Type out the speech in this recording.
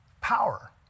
power